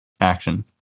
action